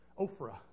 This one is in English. Ophrah